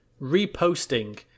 Reposting